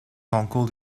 concours